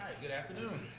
good afternoon.